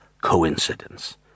coincidence